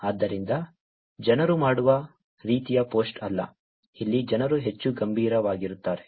ಆದ್ದರಿಂದ ಜನರು ಮಾಡುವ ರೀತಿಯ ಪೋಸ್ಟ್ ಅಲ್ಲ ಇಲ್ಲಿ ಜನರು ಹೆಚ್ಚು ಗಂಭೀರವಾಗಿರುತ್ತಾರೆ